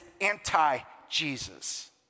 anti-Jesus